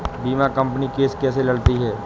बीमा company case कैसे लड़ती है?